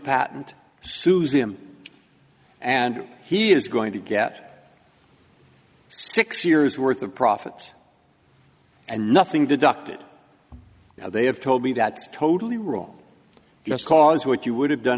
patent sues him and he is going to get six years worth of profits and nothing to ducted now they have told me that's totally wrong just cause what you would have done